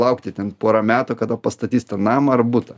laukti ten pora metų kada pastatys namą ar butą